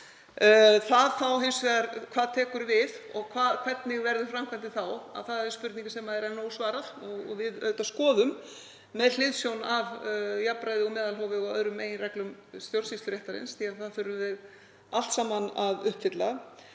tekur hins vegar við og hvernig framkvæmdin verður er spurning sem er enn ósvarað og við skoðum með hliðsjón af jafnræði og meðalhófi og öðrum meginreglum stjórnsýsluréttarins, því að það þurfum við allt saman að uppfylla.